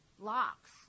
locks